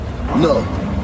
No